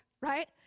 right